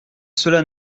cela